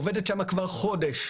עובדת שם כבר חודש,